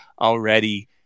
already